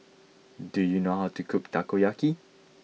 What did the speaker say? do you know how to cook Takoyaki